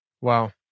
Wow